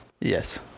Yes